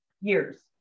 Years